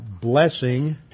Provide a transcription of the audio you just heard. blessing